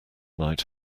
night